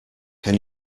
can